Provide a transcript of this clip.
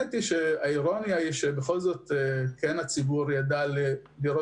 האירוניה היא שבכל זאת הציבור יידע לקרוא